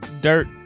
Dirt